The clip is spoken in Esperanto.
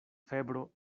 febro